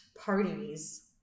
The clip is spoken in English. parties